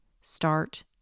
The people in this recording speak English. start